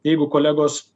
jeigu kolegos